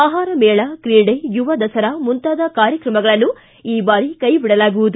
ಆಹಾರ ಮೇಳ ಕ್ರೀಡೆ ಯುವದಸರಾ ಮುಂತಾದ ಕಾರ್ಯಕ್ರಮಗಳನ್ನು ಈ ಬಾರಿ ಕೈಬಿಡಲಾಗುವುದು